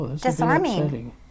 disarming